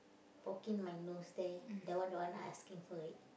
poking my nose there that one the one I asking for it